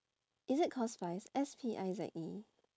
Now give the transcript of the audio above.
is it called spize S P I Z E